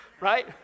right